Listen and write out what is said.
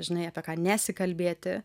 žinai apie ką nesikalbėti